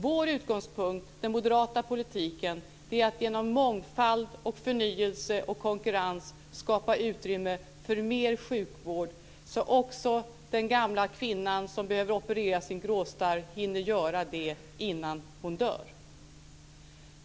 Vår utgångspunkt i den moderata politiken är att genom mångfald, förnyelse och konkurrens skapa utrymme för mer sjukvård så att också den gamla kvinnan som behöver operera sin gråstarr hinner göra det innan hon dör.